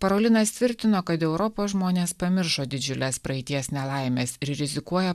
parolinas tvirtino kad europos žmonės pamiršo didžiules praeities nelaimes ir rizikuoja